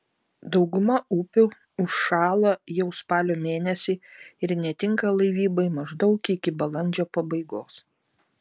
dauguma upių užšąla jau spalio mėnesį ir netinka laivybai maždaug iki balandžio pabaigos